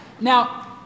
Now